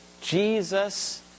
Jesus